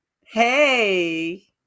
Hey